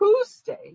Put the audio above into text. Tuesday